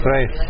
Right